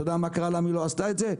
אתה יודע מה קרה ולמה היא לא עשתה את זה?